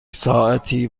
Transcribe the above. ساعتی